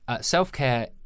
self-care